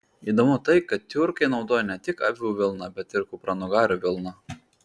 įdomu tai kad tiurkai naudojo ne tik avių vilną bet ir kupranugarių vilną